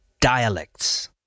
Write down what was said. dialects